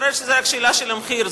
התברר שזו רק שאלה של מחיר,